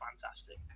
fantastic